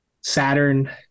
Saturn